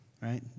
right